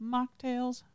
Mocktails